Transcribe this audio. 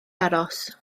aros